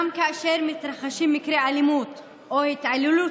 גם כאשר מתרחשים מקרי אלימות או התעללות